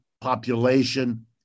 population